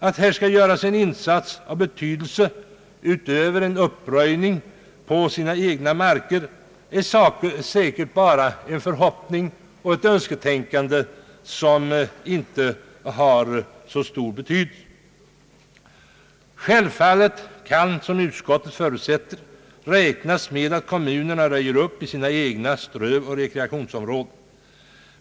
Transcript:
Det är säkert bara en förhoppning och ett önsketänkande av obetydligt värde att kommuner skall göra en insats av betydelse, utöver en uppröjning på egna marker. Självfallet kan man som utskottet förutsätter räkna med att kommunerna röjer upp i sina egna strövoch rekreationsområden.